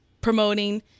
promoting